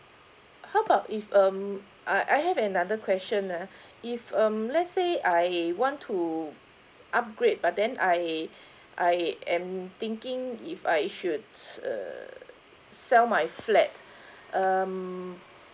how about if um I I have another question ah if um let's say I want to upgrade but then I I am thinking if I should err sell my flat um